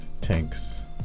tanks